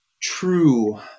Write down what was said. true